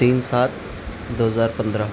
تین سات دو ہزار پندرہ